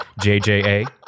jja